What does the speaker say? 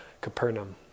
Capernaum